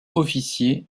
officier